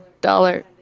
dollar